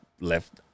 left